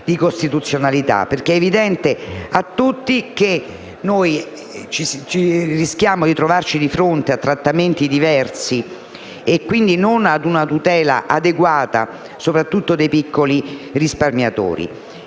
di costituzionalità, perché è evidente a tutti che rischiamo di trovarci di fronte a trattamenti diversi e quindi ad una tutela non adeguata soprattutto dei piccoli risparmiatori.